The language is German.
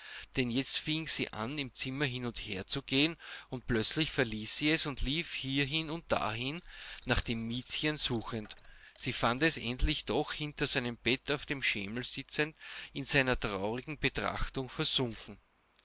denn jetzt fing sie an im zimmer hin und her zu gehen und plötzlich verließ sie es und lief hierhin und dahin nach dem miezchen suchend sie fand es endlich noch hinter seinem bett auf dem schemel sitzend in seine traurigen betrachtungen versunken